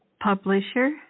publisher